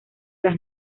las